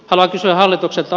haluan kysyä hallitukselta